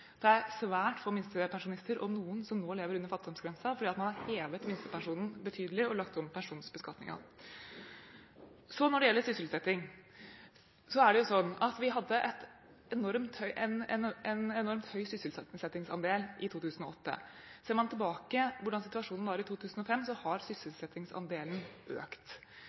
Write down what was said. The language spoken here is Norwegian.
Det er svært få minstepensjonister – om noen – som nå lever under fattigdomsgrensen, fordi man har hevet minstepensjonen betydelig og lagt om personbeskatningen. Så når det gjelder sysselsetting, er det sånn at vi hadde en enormt høy sysselsettingsandel i 2008. Ser man tilbake på hvordan situasjonen var i 2005, har sysselsettingsandelen økt.